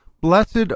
Blessed